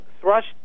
thrust